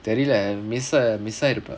தெரில:therila miss miss ஆயிருப்ப:aayiruppa